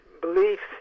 beliefs